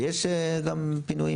ויש גם פינויי